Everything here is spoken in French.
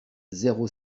zéro